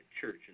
church